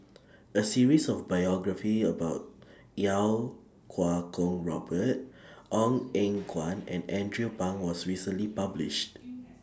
A series of biographies about Iau Kuo Kwong Robert Ong Eng Guan and Andrew Phang was recently published